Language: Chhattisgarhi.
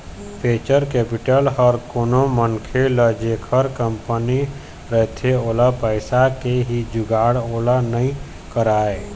वेंचर कैपिटल ह कोनो मनखे ल जेखर कंपनी रहिथे खाली पइसा के ही जुगाड़ ओला नइ कराय